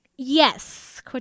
Yes